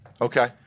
Okay